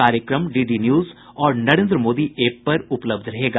कार्यक्रम DD news और Narendra Modi app पर उपलब्ध रहेगा